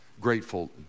grateful